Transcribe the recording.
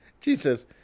Jesus